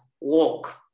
walk